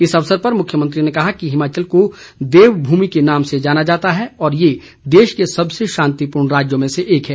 इस अवसर पर मुख्यमंत्री ने कहा कि हिमाचल को देवभूमि के नाम जाना जाता है और यह देश के सबसे शांतिपूर्ण राज्यों में से एक है